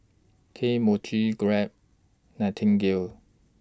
Kane Mochi Grab Nightingale